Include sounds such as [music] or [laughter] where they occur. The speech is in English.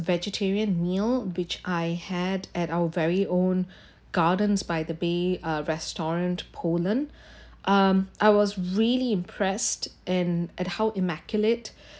vegetarian meal which I had at our very own [breath] gardens by the bay uh restaurant poland [breath] um I was really impressed and at how immaculate